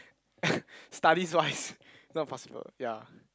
studies wise not possible ya